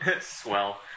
Swell